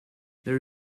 there